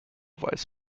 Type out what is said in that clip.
weiß